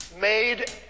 made